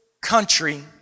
country